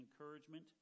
encouragement